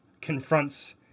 confronts